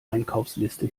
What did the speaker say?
einkaufsliste